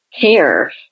care